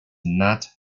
not